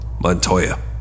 Montoya